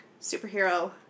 superhero